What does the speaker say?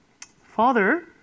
Father